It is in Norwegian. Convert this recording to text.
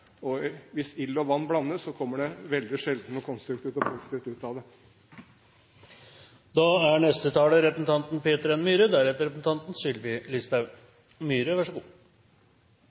Hvis ild og vann blandes, kommer det veldig sjelden noe konstruktivt og positivt ut av det. Jeg er